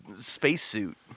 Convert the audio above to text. spacesuit